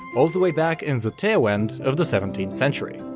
all the way back in the tail end of the seventeenth century.